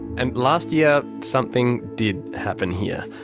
and last year, something did happen here.